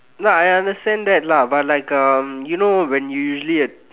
no I understand that lah but like um you know when you usually